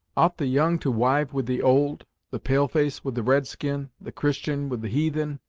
ought the young to wive with the old the pale-face with the red-skin the christian with the heathen?